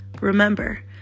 remember